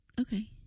Okay